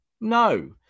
No